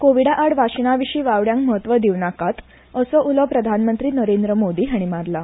कोविडा आड वाशिना विशीं वावड्यांक म्हत्व दिवं नाकात असो उलो प्रधानमंत्री नरेंद्र मोदी हांणी मारला